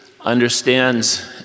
understands